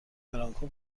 برانکو